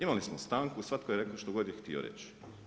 Imali smo stanku, svatko je rekao što god je htio reći.